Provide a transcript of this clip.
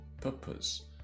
purpose